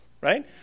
right